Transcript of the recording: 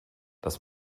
das